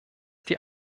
die